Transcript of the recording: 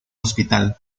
hospital